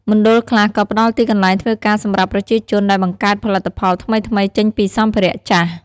មណ្ឌលខ្លះក៏ផ្តល់ទីកន្លែងធ្វើការសម្រាប់ប្រជាជនដែលបង្កើតផលិតផលថ្មីៗចេញពីសម្ភារៈចាស់។